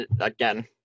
again –